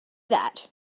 that